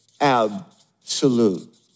absolute